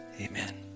Amen